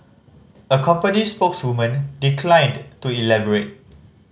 a company spokeswoman declined to elaborate